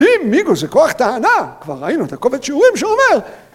אם מיגו זה כוח טענה, כבר ראינו את הכובד שיעורים שאומר.